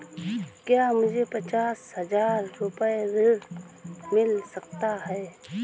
क्या मुझे पचास हजार रूपए ऋण मिल सकता है?